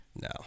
No